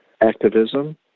activism